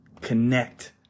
connect